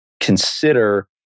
consider